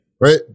Right